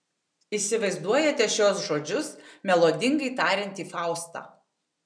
įsivaizduojate šiuos žodžius melodingai tariantį faustą